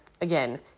Again